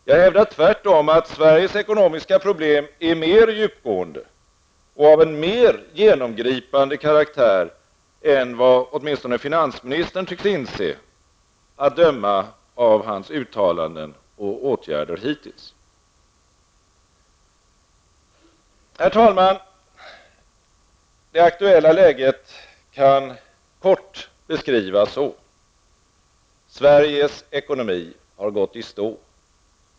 Jag hävdar tvärtom att Sveriges ekonomiska problem är mer djupgående och av en mer genomgripande karaktär än vad åtminstone finansministern tycks inse att döma av hans uttalanden och åtgärder hittills. Herr talman! Det aktuella läget kan kort beskrivas så: Sveriges ekonomi har gått i stå.